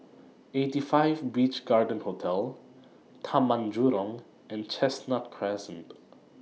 eighty five Beach Garden Hotel Taman Jurong and Chestnut Crescent